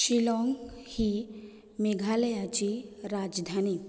शिलाँग ही मेघालयाची राजधानी